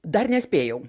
dar nespėjau